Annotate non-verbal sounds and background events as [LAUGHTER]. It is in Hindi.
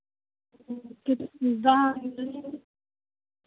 हाँ कित [UNINTELLIGIBLE]